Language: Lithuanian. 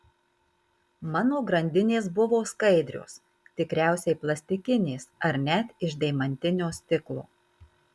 mano grandinės buvo skaidrios tikriausiai plastikinės ar net iš deimantinio stiklo